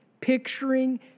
Picturing